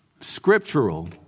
scriptural